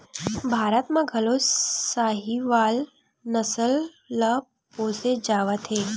भारत म घलो साहीवाल नसल ल पोसे जावत हे